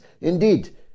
indeed